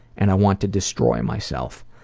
and i want to destroy myself.